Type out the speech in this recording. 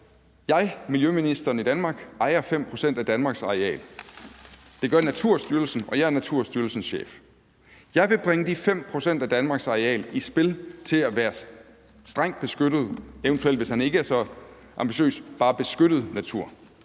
Jeg, miljøministeren i Danmark, ejer 5 pct. af Danmarks areal. Det gør Naturstyrelsen, og jeg er Naturstyrelsens chef. Jeg vil bringe de 5 pct. af Danmarks areal i spil til at være strengt beskyttet natur – eventuelt, hvis han ikke er så ambitiøs, bare beskyttet natur.